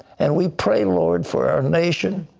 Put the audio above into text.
and we pray, lord, for our nation.